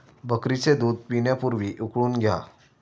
बकरीचे दूध पिण्यापूर्वी उकळून घ्या